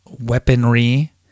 weaponry